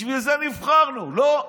בשביל זה נבחרנו, לא?